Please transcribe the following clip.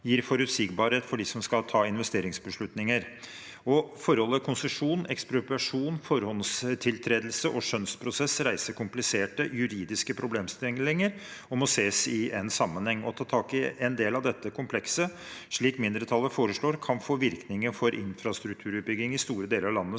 gir forutsigbarhet for dem som skal ta investeringsbeslutninger. Forholdet konsesjon, ekspropriasjon, forhåndstiltredelse og skjønnsprosess reiser kompliserte juridiske problemstillinger og må ses i en sammenheng. Å ta tak en del av dette komplekset, slik mindretallet foreslår, kan få virkninger for infrastrukturutbygging i store deler av landet